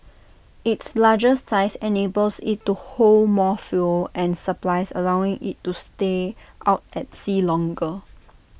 its larger size enables IT to hold more fuel and supplies allowing IT to stay out at sea longer